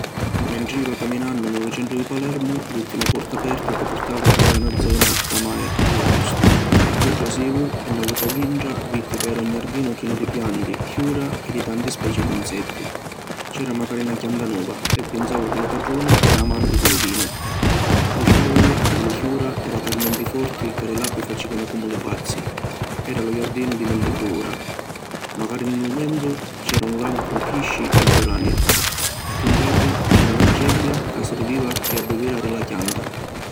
Mentri jiva caminannu ni lu centru di Palermu, vitti na porta aperta ca purtava dintra na zona ca mai avìa vistu. Iu trasivu e na vota dintra vitti ca era un jardinu chinu di pianti, ciura e di tanti speci di insetti. C’era macari na chianta nova e pinsavu ca lu patruni era amanti di lu vinu. Lu sciauru di li ciura era talmenti forti ca li lapi facinu comu li pazzi. Era lu jardinu di milli culura. Macari ni lu menzu c’era un lagu cu pisci e giurani. Chiù ncapu c’era na gebbia ca sirviva pi abbivirari la chianta.